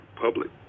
public